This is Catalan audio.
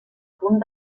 punt